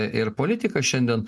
ir politikas šiandien